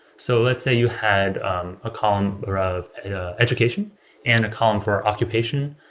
so let's say you had um a column around education and a column for occupation.